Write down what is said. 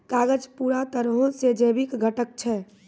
कागज पूरा तरहो से जैविक घटक छै